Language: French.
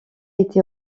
été